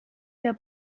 der